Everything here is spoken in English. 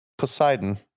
Poseidon